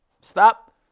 Stop